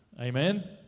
Amen